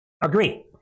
Agree